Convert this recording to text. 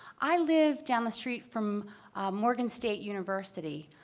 i live down the street from morgan state university.